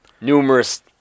numerous